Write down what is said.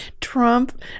Trump